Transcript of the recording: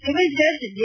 civil judge J